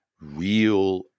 real